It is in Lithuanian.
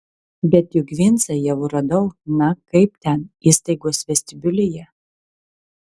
bet juk vincą jau radau na kaip ten įstaigos vestibiulyje